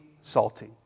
salty